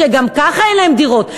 שגם ככה אין להם דירות,